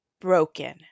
Broken